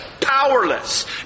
Powerless